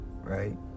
right